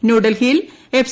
ന്യൂഡൽഹിയിൽ എഫ്